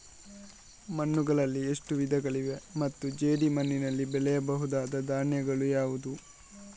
ಮಣ್ಣುಗಳಲ್ಲಿ ಎಷ್ಟು ವಿಧಗಳಿವೆ ಮತ್ತು ಜೇಡಿಮಣ್ಣಿನಲ್ಲಿ ಬೆಳೆಯಬಹುದಾದ ಧಾನ್ಯಗಳು ಯಾವುದು?